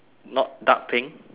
not dark pink